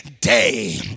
day